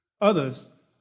others